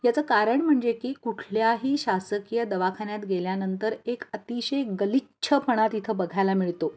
याचं कारण म्हणजे की कुठल्याही शासकीय दवाखान्यात गेल्यानंतर एक अतिशय गलिच्छपणा तिथं बघायला मिळतो